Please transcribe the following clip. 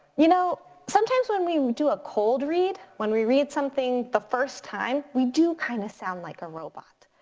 you know, sometimes when we we do a cold read, when we read something the first time, we do kind of sound like a robot.